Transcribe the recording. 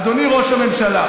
אדוני ראש הממשלה.